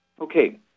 Okay